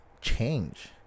change